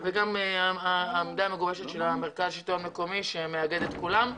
וגם העמדה המגובשת של המרכז לשלטון המקומי שמאגד את כולם.